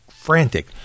frantic